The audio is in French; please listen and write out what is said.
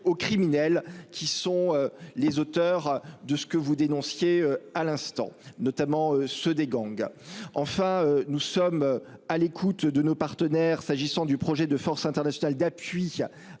criminels qui sont les auteurs de ce que vous dénonciez. À l'instant, notamment ceux des gangs. Enfin, nous sommes à l'écoute de nos partenaires. S'agissant du projet de forces internationale d'appui à